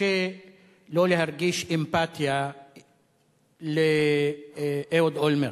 קשה לא להרגיש אמפתיה לאהוד אולמרט,